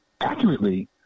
accurately